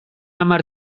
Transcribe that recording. hamar